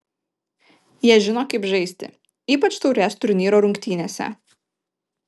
jie žino kaip žaisti ypač taurės turnyro rungtynėse